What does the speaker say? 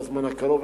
בזמן הקרוב,